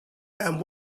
and